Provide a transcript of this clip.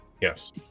Yes